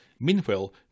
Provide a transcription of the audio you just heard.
Meanwhile